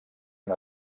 una